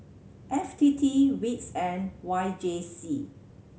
F T T wits and Y J C